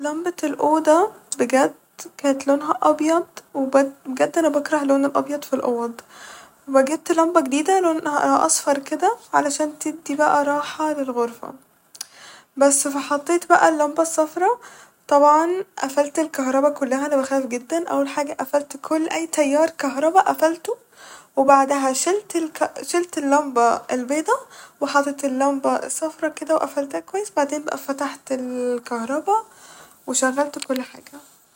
لمبة الأوضة بجد كات لونها أبيض وبد- بجد أنا بكره لون الابيض ف الاوض و جبت لمبة جديدة لونها اصفر كده علشان تدي بقى راحة للغرفة بس فحطيت بقى اللمبة الصفرا ، طبعا قفلت الكهربا كلها انا بخاف جدا أول حاجة قفلت كل أي تيار كهربا قفلته وبعدها شلت الك- شلت اللمبة البيضة وحطيت اللمبة الصفرا كده وقفلتها كويس وبعدين فتحت الكهربا وشغلت كل حاجة